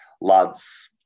lads